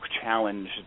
challenge